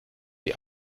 die